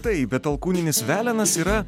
taip bet alkūninis velenas yra